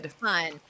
fun